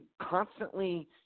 constantly